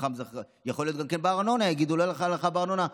מחר יכול להיות שגם בארנונה יגידו: לא תהיה לך הנחה בארנונה,